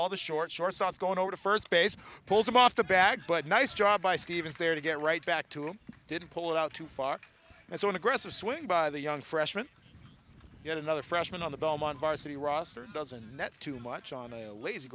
ball the short shorts going over to first base pulls him off the bag but nice job by stevens there to get right back to him didn't pull it out too far and saw an aggressive swing by the young freshman yet another freshman on the belmont vice city roster doesn't net too much on a lazy